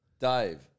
Dave